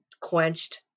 quenched